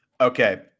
Okay